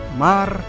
...mar